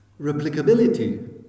Replicability